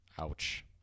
Ouch